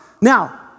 Now